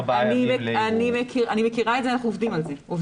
אני מכירה את זה, אנחנו עובדים על זה חזק.